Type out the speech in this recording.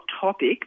topic